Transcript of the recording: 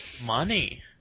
money